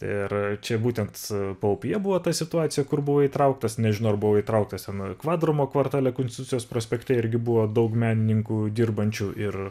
ir čia būtent paupyje buvo ta situacija kur buvo įtrauktas nežinau ar buvo įtrauktas ten kvardumo kvartale konstitucijos prospekte irgi buvo daug menininkų dirbančių ir